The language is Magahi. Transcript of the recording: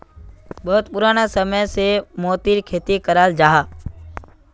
बहुत पुराना समय से मोतिर खेती कराल जाहा